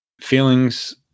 feelings